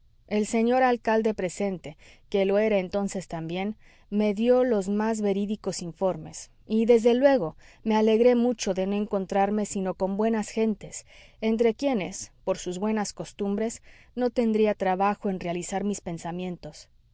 el señor alcalde presente que lo era entonces también me dió los más verídicos informes y desde luego me alegré mucho de no encontrarme sino con buenas gentes entre quienes por sus buenas costumbres no tendría trabajo en realizar mis pensamientos